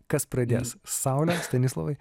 kas pradės saule stanislovai